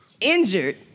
Injured